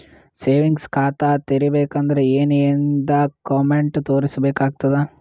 Savings ಖಾತಾ ತೇರಿಬೇಕಂದರ ಏನ್ ಏನ್ಡಾ ಕೊಮೆಂಟ ತೋರಿಸ ಬೇಕಾತದ?